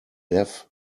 death